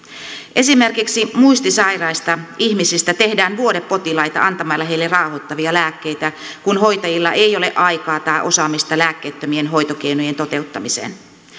esimerkiksi muistisairaista ihmisistä tehdään vuodepotilaita antamalla heille rauhoittavia lääkkeitä kun hoitajilla ei ole aikaa tai osaamista lääkkeettömien hoitokeinojen toteuttamiseen